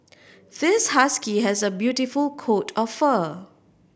this husky has a beautiful coat of fur